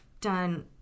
Done